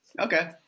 okay